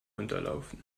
unterlaufen